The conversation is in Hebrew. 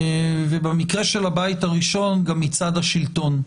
ובמקרה של הבית הראשון גם מצד השלטון.